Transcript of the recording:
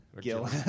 Gil